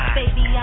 baby